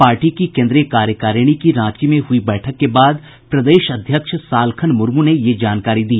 party की केन्द्रीय कार्यकारिणी की रांची में हुई बैठक के बाद प्रदेश अध्यक्ष सालखन मुर्मू ने यह जानकारी दी